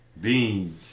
Beans